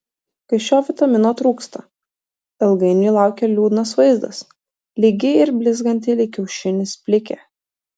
kai šio vitamino trūksta ilgainiui laukia liūdnas vaizdas lygi ir blizganti lyg kiaušinis plikė